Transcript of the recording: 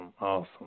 Awesome